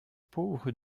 pauvre